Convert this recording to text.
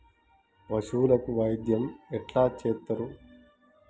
పశువులకు వైద్యం ఎట్లా చేత్తరు?